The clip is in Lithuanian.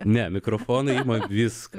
ne mikrofonai ima viską